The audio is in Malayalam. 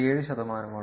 7 ശതമാനമാണ്